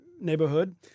neighborhood